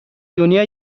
دنیا